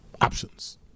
options